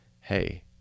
Hey